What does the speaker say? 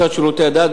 משרד שירותי הדת,